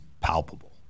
palpable